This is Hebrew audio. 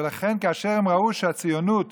ולכן כאשר הם ראו שהציונות